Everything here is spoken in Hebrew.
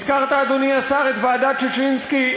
הזכרת, אדוני השר, את ועדת ששינסקי.